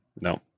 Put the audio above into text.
no